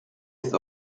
ist